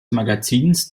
magazins